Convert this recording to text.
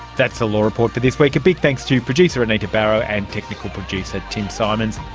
that's the law report for this week. a big thanks to producer anita barraud and technical producer tim symonds.